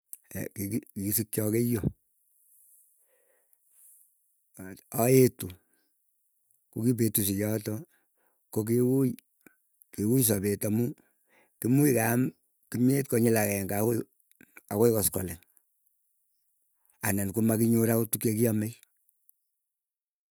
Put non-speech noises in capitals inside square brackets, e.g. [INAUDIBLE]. [HESITATION] kiki kikisikcho keiyo, aetu kokipetusie choto kokiui kiui sapet, amuu kimiich keam kimyet kinyil agenge akoi akoi koskoleng. Anan komakinyor akot tuk chekiamei.